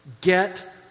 Get